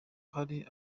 hari